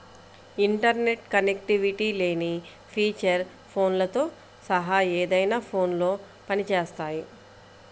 internet connectivity లేని feature ఫోన్లతో సహా ఏదైనా ఫోన్లో పని చేస్తాయి